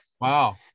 Wow